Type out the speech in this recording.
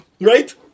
Right